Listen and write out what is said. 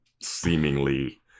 seemingly